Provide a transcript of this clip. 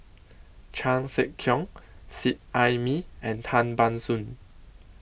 Chan Sek Keong Seet Ai Mee and Tan Ban Soon